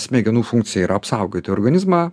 smegenų funkcija yra apsaugoti organizmą